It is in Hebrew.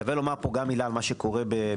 שווה לומר גם פה מילה על מה שקורה בטוניס.